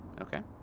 okay